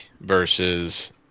versus